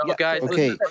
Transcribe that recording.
Okay